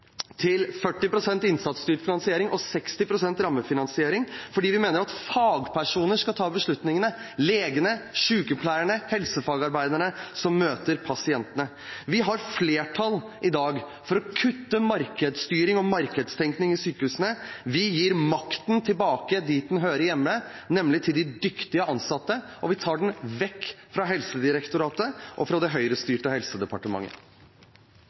innsatsstyrt finansiering og 60 pst. rammefinansiering fordi vi mener at fagpersoner skal ta beslutningene – legene, sykepleierne og helsefagarbeiderne som møter pasientene. Vi har i dag flertall for å kutte markedsstyring og markedstenkning i sykehusene. Vi fører makten tilbake dit den hører hjemme, nemlig hos de dyktige ansatte, og vi tar den vekk fra Helsedirektoratet og fra det Høyre-styrte Helsedepartementet.